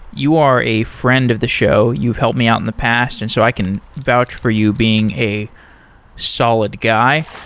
you are a friend of the show. you've helped me out in the past, and so i can vouch for you being a solid guy.